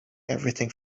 everything